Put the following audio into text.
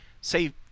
say